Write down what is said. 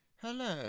Hello